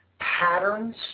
patterns